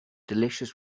delicious